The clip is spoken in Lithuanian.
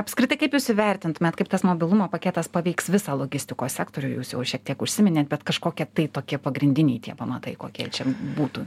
apskritai kaip jūs įvertintumėt kaip tas mobilumo paketas paveiks visą logistikos sektorių jūs jau šiek tiek užsiminėt bet kažkokie tai tokie pagrindiniai tie pamatai kokie čia būtų